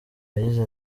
yagize